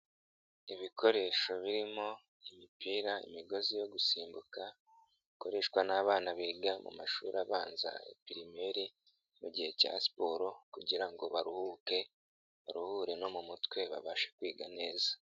Ibikoresho birimo imipira, imigozi yo gusimbuka, bikoreshwa n'abana biga mu mashuri abanza ya pirimeri mu gihe cya siporo kugira ngo baruhuke, baruhure no mu mutwe babashe kwiga neza.